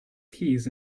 keys